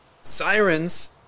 sirens